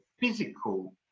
physical